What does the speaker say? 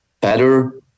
better